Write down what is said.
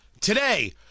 today